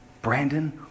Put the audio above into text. Brandon